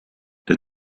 der